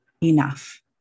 enough